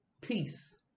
peace